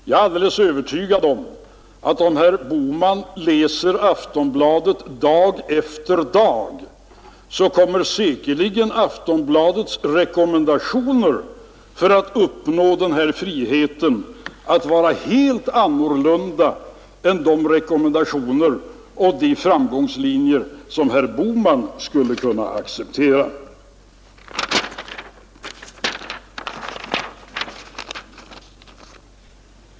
Jag är övertygad om att om herr Bohman läser Aftonbladet dag för dag så kommer han säkert att finna, att Aftonbladets rekommendationer för att uppnå denna frihet är helt annorlunda än de framgångslinjer som herr Bohman skulle kunna acceptera.